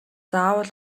заавал